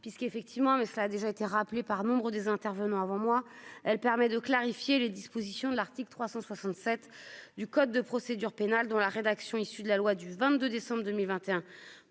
puisqu'effectivement, mais ça a déjà été rappelé par nombre des intervenants avant moi, elle permet de clarifier les dispositions de l'article 367 du code de procédure pénale dans la rédaction issue de la loi du 22 décembre 2021